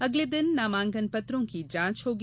अगले दिन नामांकन पत्रों की जांच होगी